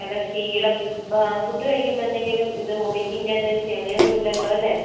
പിന്നെ ക്ഷീണം ഫുഡ് കഴിക്കുമ്പം എന്തെങ്കിലും വോമിറ്റിംഗ് ടെൻഡൻസി അങ്ങനെ ഒന്നുമില്ലല്ലോ അല്ലെ